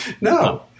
No